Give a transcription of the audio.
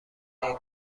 این